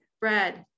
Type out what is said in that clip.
bread